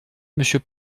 monsieur